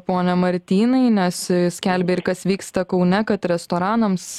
pone martynai nes skelbia ir kas vyksta kaune kad restoranams